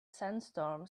sandstorm